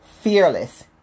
fearless